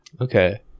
Okay